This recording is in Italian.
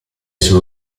sue